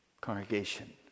congregation